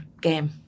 game